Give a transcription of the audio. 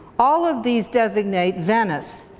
all of these designate venice,